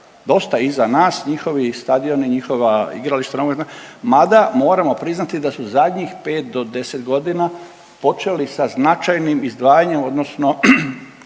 dosta iza nas njihovi stadioni, njihova igrališta nogometna. Mada moramo priznati da su zadnji 5 do 10 godina počeli sa značajnim izdvajanjem odnosno